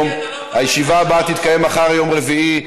אני רוצה לברך מכל הלב את חבר הפרלמנט האירופי ארני ליץ,